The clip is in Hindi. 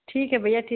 ठीक है भैया ठीक